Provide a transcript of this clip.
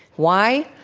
why?